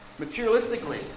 Materialistically